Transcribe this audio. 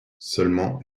seulement